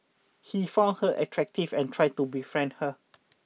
he found her attractive and tried to befriend her